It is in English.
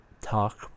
talk